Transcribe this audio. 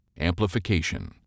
Amplification